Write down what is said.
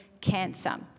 cancer